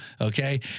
Okay